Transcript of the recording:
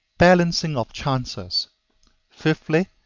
balancing of chances fifthly,